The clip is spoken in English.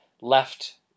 left